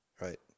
right